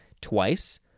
Twice